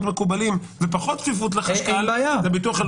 מקובלים ופחות כפיפות לחשכ"ל זה הביטוח הלאומי.